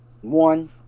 one